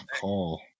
call